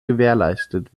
gewährleistet